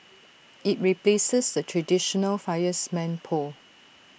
IT replaces the traditional fireman's pole